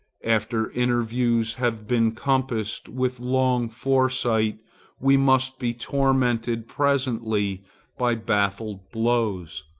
after interviews have been compassed with long foresight we must be tormented presently by baffled blows,